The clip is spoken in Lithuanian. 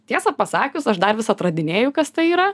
tiesa pasakius aš dar vis atradinėju kas tai yra